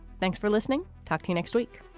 thanks for listening. talk to you next week